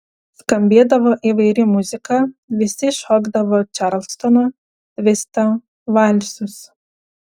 skambėdavo įvairi muzika visi šokdavo čarlstoną tvistą valsus